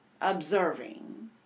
observing